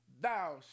thou